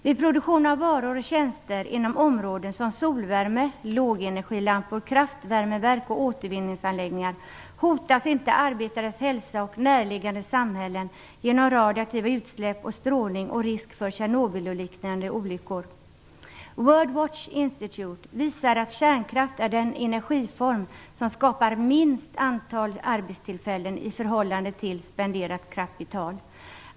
Vid produktion av varor och tjänster inom områden som solvärme, lågenergilampor, kraftvärmeverk och återvinningsanläggningar hotas inte arbetares hälsa och närliggande samhällen genom radioaktiva utsläpp och strålning och risk för Tjernobylliknande olyckor. World Watch Institute visar att kärnkraft är den energiform som skapar minst antal arbetstillfällen i förhållande till spenderat kapital.